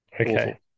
Okay